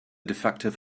defective